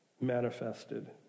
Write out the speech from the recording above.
manifested